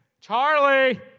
Charlie